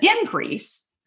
increase